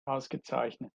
ausgezeichnet